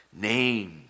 name